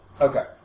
Okay